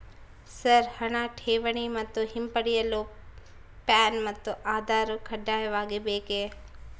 Sir ಹಣ ಠೇವಣಿ ಮತ್ತು ಹಿಂಪಡೆಯಲು ಪ್ಯಾನ್ ಮತ್ತು ಆಧಾರ್ ಕಡ್ಡಾಯವಾಗಿ ಬೇಕೆ?